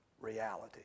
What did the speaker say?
reality